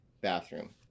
bathroom